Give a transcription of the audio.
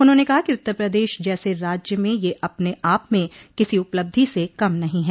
उन्होंने कहा कि उत्तर प्रदेश जैसे राज्य में यह अपने आप में किसी उपलब्धि से कम नहीं है